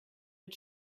mit